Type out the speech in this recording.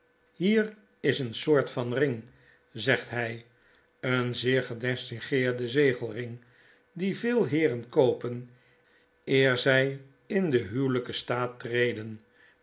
hier is een soort van ring zegt hij w een zeer gedistingeerde zegelring dien veel heeren koopen eer zij in den huwelijken staat